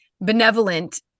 benevolent